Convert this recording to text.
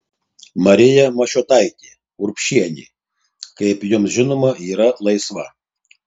marija mašiotaitė urbšienė kaip jums žinoma yra laisva